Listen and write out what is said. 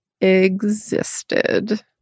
existed